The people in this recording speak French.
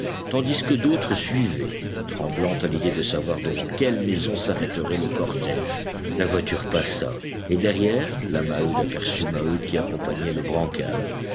tandis que d'autres suivaient tremblantes à l'idée de savoir devant quelle maison s'arrêterait le cortège la voiture passa et derrière la maheude aperçut maheu qui accompagnait le brancard